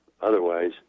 Otherwise